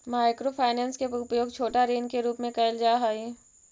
micro finance के उपयोग छोटा ऋण के रूप में कैल जा हई